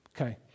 Okay